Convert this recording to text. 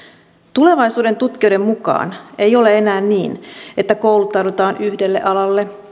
tulevaisuudentutkijoiden mukaan ei ole niin että kouluttaudutaan yhdelle alalle